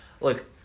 Look